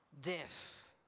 death